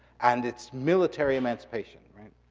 and it's military emancipation.